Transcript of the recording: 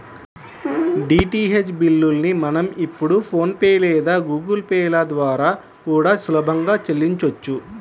DTH బిల్లుల్ని మనం ఇప్పుడు ఫోన్ పే లేదా గుగుల్ పే ల ద్వారా కూడా సులభంగా చెల్లించొచ్చు